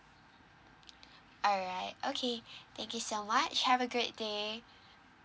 alright okay thank you so much have a great day